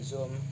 Zoom